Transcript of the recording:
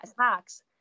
attacks